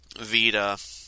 Vita